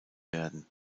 werden